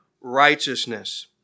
righteousness